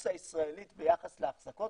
לבורסה הישראלית ביחס להחזקות,